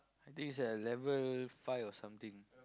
I think it's at level five or something